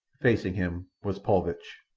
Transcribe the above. facing him was paulvitch.